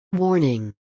Warning